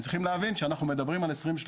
צריכים להבין שכשאנחנו מדברים על 2030,